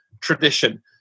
tradition